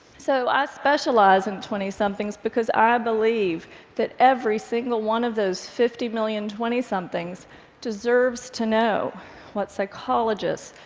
so, i specialize in twentysomethings because i believe that every single one of those fifty million twentysomethings deserves to know what psychologists,